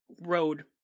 road